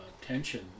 tension